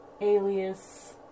Alias